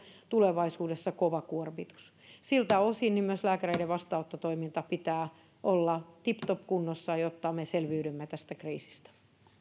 tulevaisuudessa kova kuormitus siltä osin myös lääkäreiden vastaanottotoiminnan pitää olla tiptopkunnossa jotta me selviydymme tästä kriisistä